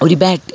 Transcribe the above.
ഒര് ബാറ്റ്